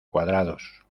cuadrados